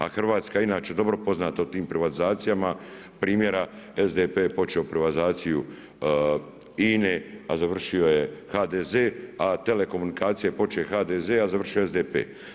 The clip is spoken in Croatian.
A hrvatska INA će dobro poznat o tim privatizacijama, primjera, SDP je počeo improvizaciju INA-e, a završio je HDZ, a telekomunikacije je počeo HDZ a završio je SDP.